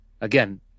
again